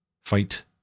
fight